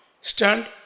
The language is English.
stand